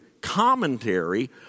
commentary